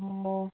ꯑꯣ